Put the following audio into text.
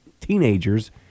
teenagers